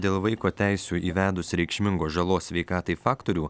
dėl vaiko teisių įvedus reikšmingos žalos sveikatai faktorių